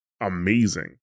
amazing